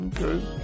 Okay